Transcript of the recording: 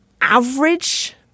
average